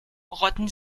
rotten